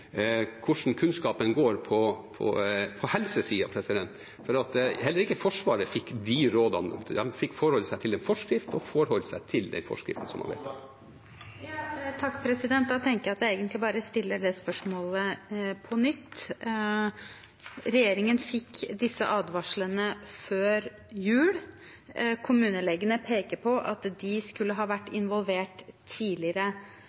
hvordan kunnskapen går på helsesiden, for heller ikke Forsvaret fikk de rådene. De måtte forholde seg til en forskrift, og forholdt seg til den forskriften. Da tenker jeg at jeg egentlig bare stiller spørsmålet på nytt. Regjeringen fikk disse advarslene før jul. Kommunelegene peker på at de skulle ha vært involvert tidligere.